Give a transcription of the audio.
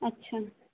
अच्छा